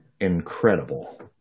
incredible